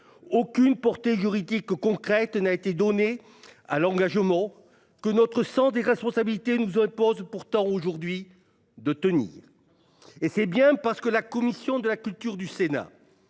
aucune portée juridique concrète n'a été donnée à l'engagement que notre centre des responsabilités nous impose pourtant aujourd'hui de tenir. Et c'est bien parce que la Commission de la culture du Sénat